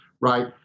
right